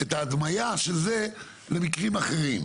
את ההדמיה של זה למקרים אחרים.